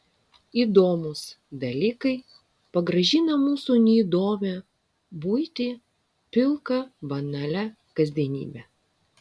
įdomūs dalykai pagražina mūsų neįdomią buitį pilką banalią kasdienybę